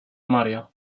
maria